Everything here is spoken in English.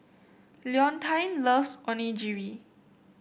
Leontine loves Onigiri